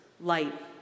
light